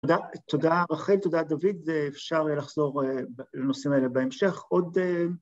‫תודה, רחל, תודה, דוד. ‫אפשר לחזור לנושאים האלה בהמשך.